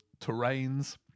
terrains